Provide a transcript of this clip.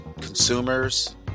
consumers